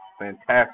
fantastic